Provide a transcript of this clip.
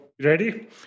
ready